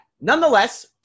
nonetheless